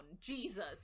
Jesus